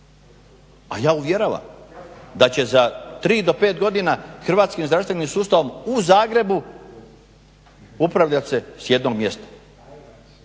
A ja uvjeravam da će za 3 do 5 godina hrvatskim zdravstvenim sustavom u Zagrebu upravljat se s jednog mjesta.